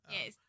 Yes